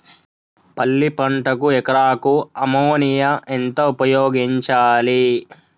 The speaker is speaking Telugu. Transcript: పల్లి పంటకు ఎకరాకు అమోనియా ఎంత ఉపయోగించాలి?